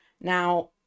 now